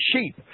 sheep